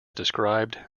described